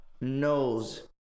knows